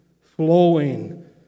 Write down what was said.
flowing